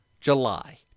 July